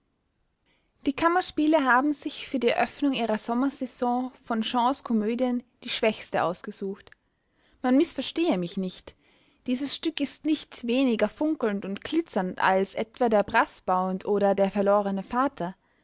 die kammerspiele haben sich für die eröffnung ihrer sommersaison von shaws komödien die schwächste ausgesucht man mißverstehe mich nicht dieses stück ist nicht weniger funkelnd und glitzernd als etwa der braßbound oder der verlorene vater